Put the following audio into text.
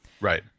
Right